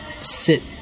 sit